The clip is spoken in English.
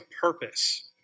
purpose